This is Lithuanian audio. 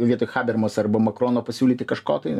vietoj habermas arba makrono pasiūlyti kažko tai